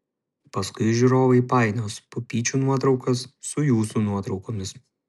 paskui žiūrovai painios pupyčių nuotraukas su jūsų nuotraukomis